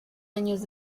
años